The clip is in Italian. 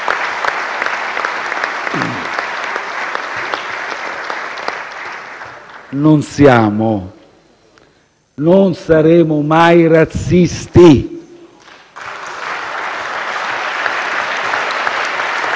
Non siamo e non saremo mai razzisti.